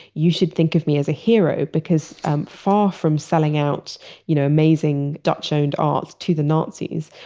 you should think of me as a hero, because um far from selling out you know amazing dachshund art to the nazis,